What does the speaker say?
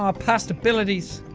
um pastabilities!